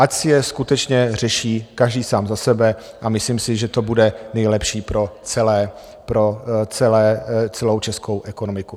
Ať si je skutečně řeší každý sám za sebe, a myslím si, že to bude nejlepší pro celou českou ekonomiku.